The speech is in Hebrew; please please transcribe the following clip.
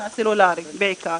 מהסלולרי בעיקר.